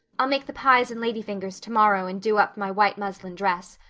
i'll make the pies and lady fingers tomorrow and do up my white muslin dress.